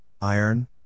iron